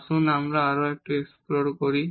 আসুন আমরা এই আরও একটু অন্বেষণ করি